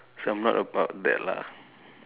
so I'm not about that lah